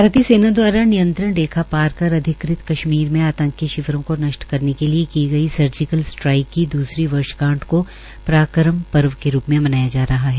भारतीय सेना दवारा नियंत्रण रेखा पार कर अधिकृत कश्मीर में आंतकी शिविरों को नष्ट करने के लिए की गई सर्जिकल स्ट्राईक की दूसरी वर्षगांठ को पराक्रम पर्व के रूप् में मनाया जा रहा है